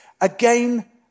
again